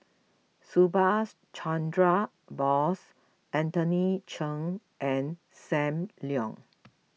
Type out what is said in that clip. Subhas Chandra Bose Anthony Chen and Sam Leong